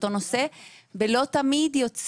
ולא תמיד מראות